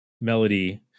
melody